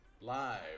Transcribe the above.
live